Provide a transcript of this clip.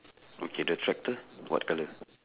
okay the tractor what colour